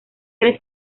tres